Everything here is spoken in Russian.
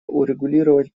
урегулировать